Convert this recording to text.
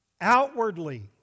Outwardly